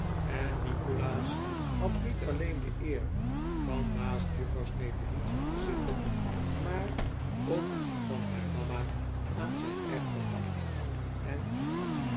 en nikolaas had niet alleen de eer van naast juffrouw snevellicci te zitten maar ook van haar mama aan zijn rechterhand en